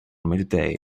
midday